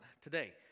today